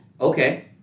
Okay